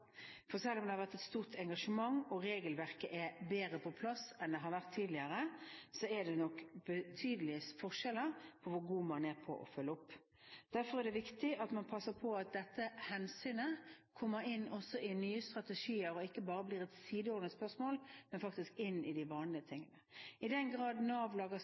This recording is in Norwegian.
for selv om det har vært et stort engasjement og regelverket er bedre på plass enn det har vært tidligere, er det nok betydelige forskjeller på hvor gode man er på å følge opp. Derfor er det viktig at man passer på at dette hensynet kommer inn også i nye strategier, og ikke bare blir et sideordnet spørsmål, men faktisk kommer inn i de vanlige tingene. I den grad Nav